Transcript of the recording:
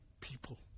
people